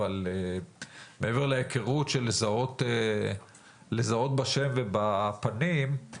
אבל מעבר להיכרות של לזהות בשם ובפנים,